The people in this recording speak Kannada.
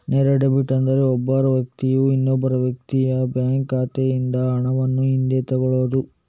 ನೇರ ಡೆಬಿಟ್ ಅಂದ್ರೆ ಒಬ್ಬ ವ್ಯಕ್ತಿಯು ಇನ್ನೊಬ್ಬ ವ್ಯಕ್ತಿಯ ಬ್ಯಾಂಕ್ ಖಾತೆಯಿಂದ ಹಣವನ್ನು ಹಿಂದೆ ತಗೊಳ್ಳುದು